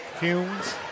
Humes